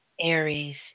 Aries